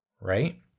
right